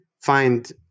find